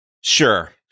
Sure